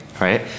right